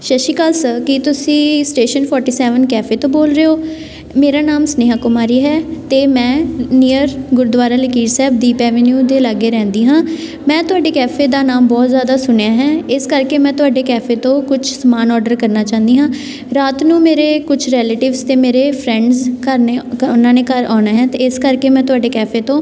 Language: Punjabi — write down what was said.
ਸਤਿ ਸ਼੍ਰੀ ਅਕਾਲ ਸਰ ਕੀ ਤੁਸੀਂ ਸਟੇਸ਼ਨ ਫੋਟੀ ਸੈਵਨ ਕੈਫੇ ਤੋਂ ਬੋਲ ਰਹੇ ਹੋ ਮੇਰਾ ਨਾਮ ਸਨੇਹਾ ਕੁਮਾਰੀ ਹੈ ਅਤੇ ਮੈਂ ਨੀਅਰ ਗੁਰਦੁਆਰਾ ਲਕੀਰ ਸਾਹਿਬ ਦੀਪ ਐਵਨਿਊ ਦੇ ਲਾਗੇ ਰਹਿੰਦੀ ਹਾਂ ਮੈਂ ਤੁਹਾਡੇ ਕੈਫੇ ਦਾ ਨਾਮ ਬਹੁਤ ਜ਼ਿਆਦਾ ਸੁਣਿਆ ਹੈ ਇਸ ਕਰਕੇ ਮੈਂ ਤੁਹਾਡੇ ਕੈਫੇ ਤੋਂ ਕੁਛ ਸਮਾਨ ਔਡਰ ਕਰਨਾ ਚਾਹੁੰਦੀ ਹਾਂ ਰਾਤ ਨੂੰ ਮੇਰੇ ਕੁਛ ਰੈਲੇਟਿਵਸ ਅਤੇ ਮੇਰੇ ਫਰੈਂਡਸ ਘਰ ਨੇ ਉਹਨਾਂ ਨੇ ਘਰ ਆਉਣਾ ਹੈ ਤਾਂ ਇਸ ਕਰਕੇ ਮੈਂ ਤੁਹਾਡੇ ਕੈਫੇ ਤੋਂ